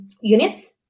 units